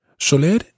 Soler